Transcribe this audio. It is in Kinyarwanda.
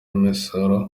imisoro